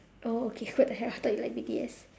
oh okay what the hell I thought you like B_T_S